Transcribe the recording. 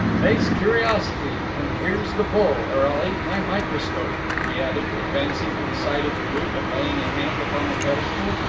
face curiosity! and here's the bull, or i'll eat my microscope, he added, advancing to the side of the group and laying a hand upon the pedestal.